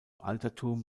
altertum